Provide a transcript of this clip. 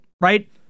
right